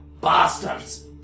bastards